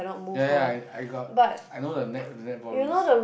ya ya ya I I got I know the net the netball rules